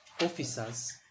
officers